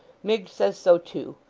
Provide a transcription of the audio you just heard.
miggs says so too.